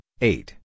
eight